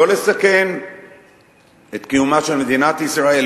לא לסכן את קיומה של מדינת ישראל,